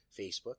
facebook